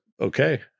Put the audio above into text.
Okay